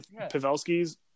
Pavelski's